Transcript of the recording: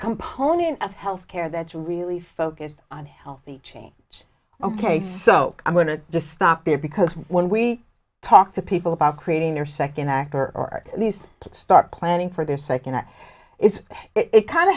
component of health care that's really focused on healthy change ok so i'm going to just stop there because when we talk to people about creating their second acar or these start planning for their second is it kind of